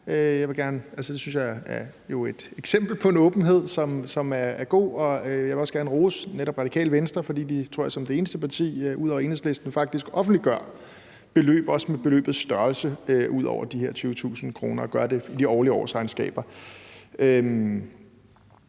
jeg vil også gerne rose netop Radikale Venstre, fordi de som det eneste parti, tror jeg, ud over Enhedslisten faktisk offentliggør beløb – også beløbets størrelse – ud over de her beløb på 20.000 kr., og gør det i årsregnskaberne.